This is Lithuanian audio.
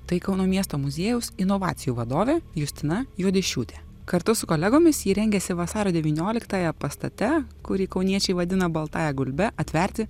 tai kauno miesto muziejaus inovacijų vadovė justina juodišiūtė kartu su kolegomis ji rengiasi vasario devynioliktąją pastate kurį kauniečiai vadina baltąja gulbe atverti